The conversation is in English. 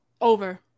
over